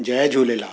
Jay Jhulelal